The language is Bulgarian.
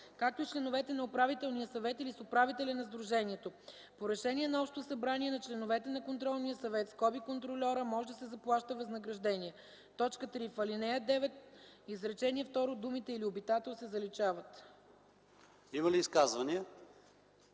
както и с членовете на управителния съвет или с управителя на сдружението. По решение на общото събрание на членовете на контролния съвет (контрольора) може да се заплаща възнаграждение.” 3. В ал. 9, изречение второ думите „или обитател” се заличават.” ПРЕДСЕДАТЕЛ